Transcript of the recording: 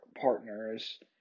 partners